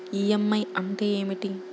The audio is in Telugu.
ఈ.ఎం.ఐ అంటే ఏమిటి?